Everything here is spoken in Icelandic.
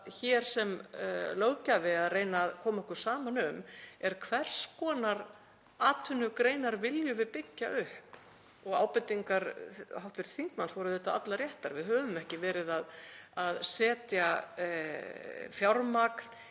sem löggjafi að reyna að koma okkur saman um er hvers konar atvinnugreinar við viljum byggja upp. Ábendingar hv. þingmanns voru auðvitað allar réttar. Við höfum ekki verið að setja fjármagn